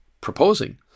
proposing